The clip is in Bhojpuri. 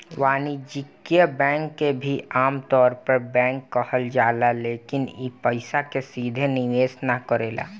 वाणिज्यिक बैंक के भी आमतौर पर बैंक कहल जाला लेकिन इ पइसा के सीधे निवेश ना करेला